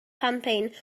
campaign